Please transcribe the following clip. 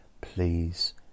please